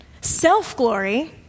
Self-glory